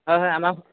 হয় হয় আমাক